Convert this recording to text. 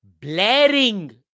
blaring